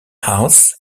house